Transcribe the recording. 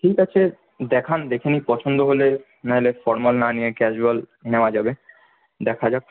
ঠিক আছে দেখান দেখুন পছন্দ হলে না হলে ফরমাল না নিয়ে ক্যাজুয়াল নেওয়া যাবে দেখা যাক